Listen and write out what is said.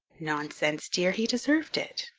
nonsense, dear, he deserved it.